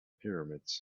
pyramids